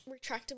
retractable